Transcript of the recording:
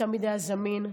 שתמיד היה זמין,